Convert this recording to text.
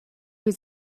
was